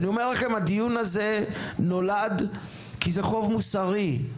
הדיון הזה נולד כי זה חוב מוסרי,